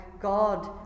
God